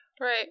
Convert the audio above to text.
Right